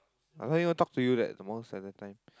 I never even talk to you that most of the time